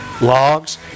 logs